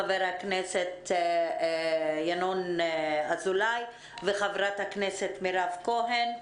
חבר הכנסת ינון אזולאי וחברת הכנסת מירב כהן.